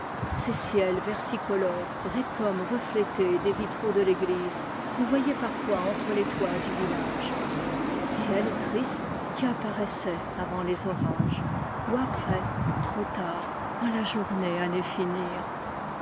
ces ciels versicolores et comme reflétés des vitraux de l'église qu'on voyait parfois entre les toits du village ciels tristes qui apparaissaient avant les orages ou après trop tard quand la journée